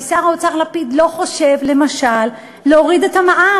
כי שר האוצר לפיד לא חושב למשל להוריד את המע"מ,